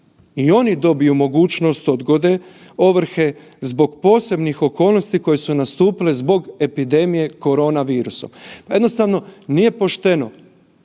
i oni dobiju mogućnost odgode ovrhe zbog posebnih okolnosti koje su nastupile zbog epidemije korona virusom. Jednostavno nije pošteno